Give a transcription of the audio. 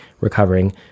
recovering